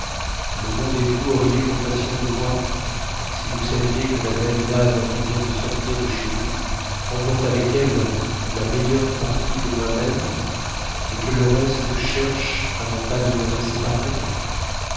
le monde et vous auriez compassion de moi si vous saviez que la belle dame qui vient de sortir de chez vous emporte avec elle la meilleure partie de moi-même et que le reste cherche à n'en pas demeurer séparé